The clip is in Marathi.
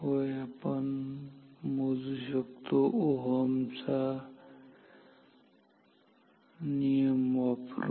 होय आपण मोजू शकतो ओहमचा नियम वापरून